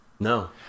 No